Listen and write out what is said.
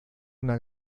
una